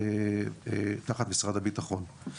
תחת משרד הביטחון.